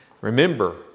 Remember